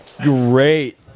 great